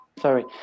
sorry